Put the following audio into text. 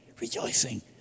Rejoicing